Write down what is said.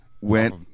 went